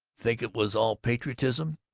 think it was all patriotism?